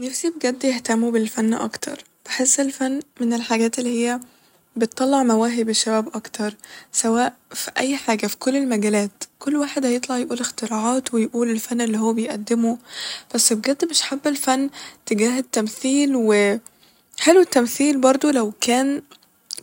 نفسي بجد يهتمو بالفن أكتر ، بحس الفن من الحاجات اللي هي بتطلع مواهب الشباب أكتر سواء ف أي حاجة ف كل المجالات ، كل واحد هيطلع يقول اختراعات ويقول فن اللي هو بيقدمه بس بجد مش حابه الفن تجاه التمثيل و حلو التمثيل برضه لو كان